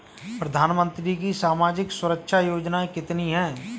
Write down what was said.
प्रधानमंत्री की सामाजिक सुरक्षा योजनाएँ कितनी हैं?